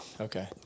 Okay